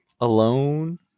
alone